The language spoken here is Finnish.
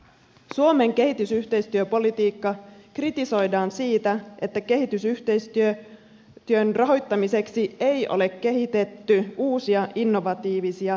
suomen kehitysyhteistyöpolitiikkaa kritisoidaan siitä että kehitysyhteistyön rahoittamiseksi ei ole kehitetty uusia innovatiivisia rahoitustapoja